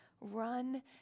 Run